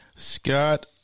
Scott